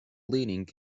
leaning